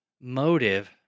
motive